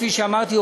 כפי שאמרתי,